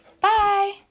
bye